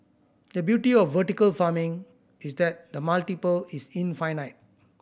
the beauty of vertical farming is that the multiple is infinite